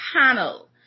panel